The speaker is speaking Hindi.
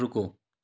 रुको